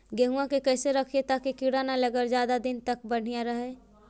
गेहुआ के कैसे रखिये ताकी कीड़ा न लगै और ज्यादा दिन तक बढ़िया रहै?